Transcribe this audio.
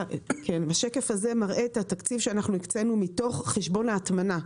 השקף הזה מראה את התקציב שאנחנו הקצינו מתוך חשבון ההטמנה.